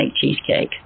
cheesecake